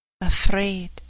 afraid